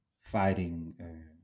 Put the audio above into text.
fighting